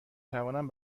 توانم